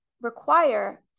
require